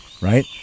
right